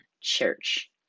church